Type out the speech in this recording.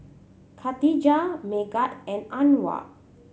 Katijah Megat and Anuar